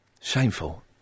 Shameful